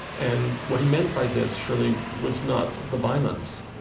and what he meant by this, surely, was not the violence,